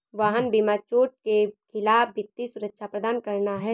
वाहन बीमा चोट के खिलाफ वित्तीय सुरक्षा प्रदान करना है